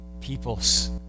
peoples